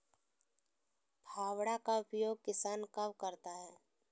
फावड़ा का उपयोग किसान कब करता है?